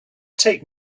take